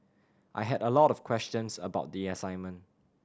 I had a lot of questions about the assignment